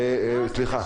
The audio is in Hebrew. סליחה.